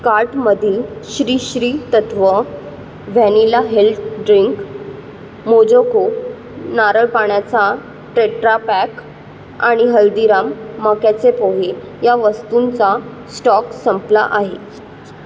कार्टमधील Sri Sri Tattva vanilla health drink मोजोको नारळपाण्याचा ट्रेट्रा पॅक आणि हल्दीराम मक्याचे पोहे या वस्तूंचा स्टॉक संपला आहे